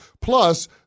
Plus